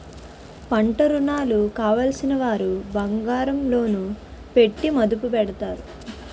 పంటరుణాలు కావలసినవారు బంగారం లోను పెట్టి మదుపు పెడతారు